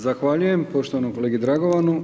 Zahvaljujem poštovanom kolegi Dragovanu.